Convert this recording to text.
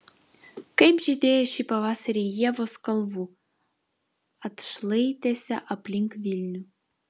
kaip žydėjo šį pavasarį ievos kalvų atšlaitėse aplink vilnių